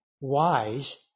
wise